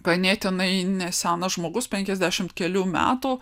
ganėtinai nesenas žmogus penkiasdešimt kelių metų